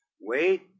Wait